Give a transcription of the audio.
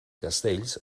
castells